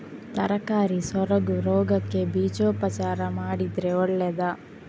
ತರಕಾರಿ ಸೊರಗು ರೋಗಕ್ಕೆ ಬೀಜೋಪಚಾರ ಮಾಡಿದ್ರೆ ಒಳ್ಳೆದಾ?